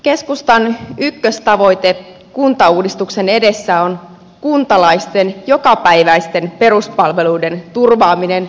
keskustan ykköstavoite kuntauudistuksen edessä on kuntalaisten jokapäiväisten peruspalveluiden turvaaminen koko suomessa